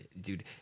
dude